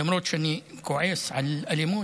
למרות שאני כועס על אלימות,